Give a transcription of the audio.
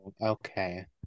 okay